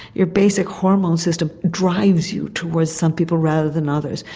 your basic hormone system drives you towards some people rather than others.